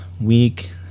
week